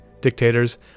dictators